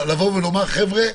הסדרה,